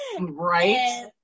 Right